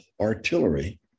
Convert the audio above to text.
artillery